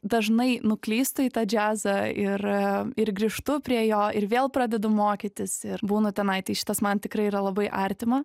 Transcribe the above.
dažnai nuklysta į tą džiazą ir ir grįžtu prie jo ir vėl pradedu mokytis ir būnu tenai tai šitas man tikrai yra labai artima